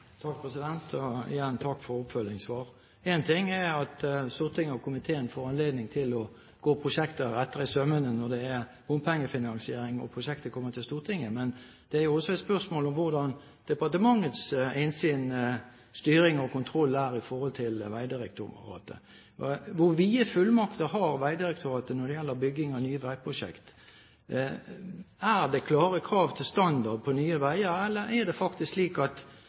igjen for oppfølgingssvar. Én ting er at Stortinget og komiteen får anledning til å gå et prosjekt etter i sømmene når det er bompengefinansiering og prosjektet kommer til Stortinget, men det er jo også et spørsmål om hvordan departementets innsyn, styring og kontroll er i forhold til Vegdirektoratet. Hvor vide fullmakter har Vegdirektoratet når det gjelder bygging av nye veiprosjekter? Er det klare krav til standard på nye veier, eller ble slike krav til standard faktisk fjernet fra veiforskriften i 2007, slik jeg har forstått at